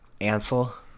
Ansel